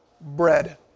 bread